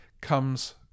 comes